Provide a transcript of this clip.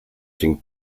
cinc